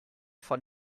von